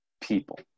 people